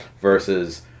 versus